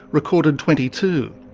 recorded twenty two.